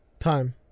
time